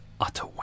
Utter